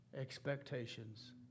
expectations